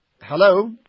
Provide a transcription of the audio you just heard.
hello